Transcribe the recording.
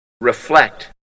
reflect